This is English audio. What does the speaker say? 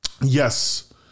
Yes